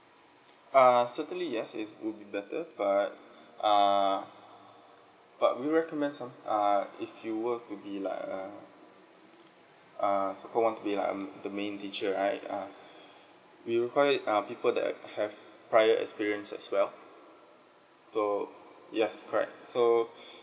err certainly yes it's would be better but err but we recommend some err if you were to be like uh err so called want to be like um the main teacher right uh we require uh people that have prior experience as well so yes correct so